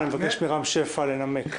אני מבקש מרם שפע לנמק.